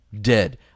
dead